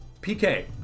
pk